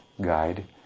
guide